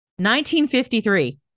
1953